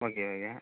okay okay